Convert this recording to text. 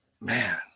Man